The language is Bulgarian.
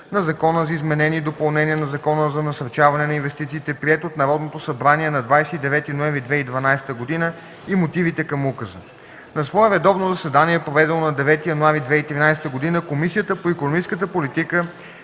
на Закона за изменение и допълнение на Закона за насърчаване на инвестициите, приет от Народното събрание на 29 ноември 2012 г., и мотивите към Указа На свое редовно заседание, проведено на 9 януари 2013 г., Комисията по икономическата политика,